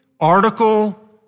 article